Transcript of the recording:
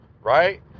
right